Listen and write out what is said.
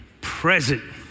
present